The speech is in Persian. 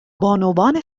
بانوان